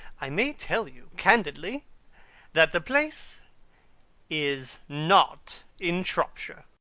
i may tell you candidly that the place is not in shropshire.